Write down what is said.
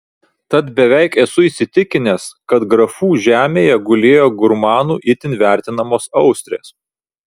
tad beveik esu įsitikinęs kad grafų žemėje gulėjo gurmanų itin vertinamos austrės